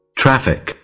traffic